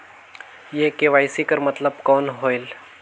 ये के.वाई.सी कर मतलब कौन होएल?